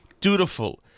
dutiful